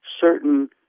certain